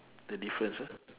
the difference ah